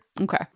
Okay